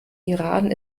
iran